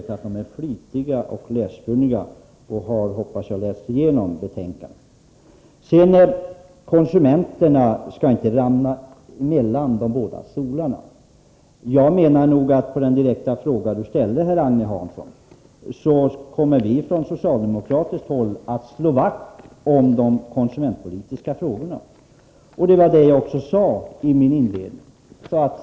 Tvärtom är de flitiga läsare och har, hoppas jag, läst igenom betänkandet. Så till talet om att konsumenterna inte skall ramla mellan de båda stolarna. På Agne Hanssons direkta fråga vill jag svara följande: Vi socialdemokrater kommer att slå vakt om de konsumentpolitiska frågorna. Det sade jag också i mitt inledningsanförande.